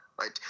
right